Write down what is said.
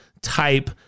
type